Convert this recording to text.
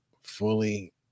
fully